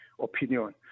opinion